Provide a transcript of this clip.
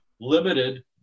limited